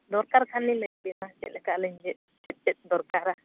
ᱫᱚᱨᱠᱟᱨ ᱠᱷᱟᱡ ᱞᱤᱧ ᱞᱟᱹᱭᱟᱵᱮᱱᱟ ᱪᱮᱫ ᱞᱮᱠᱟ ᱟᱹᱞᱤᱧ ᱪᱮᱫ ᱪᱮᱫ ᱫᱚᱨᱠᱟᱨᱟ